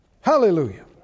Hallelujah